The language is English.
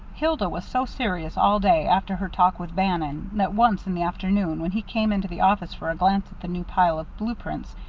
hilda was so serious all day after her talk with bannon that once, in the afternoon, when he came into the office for a glance at the new pile of blue prints,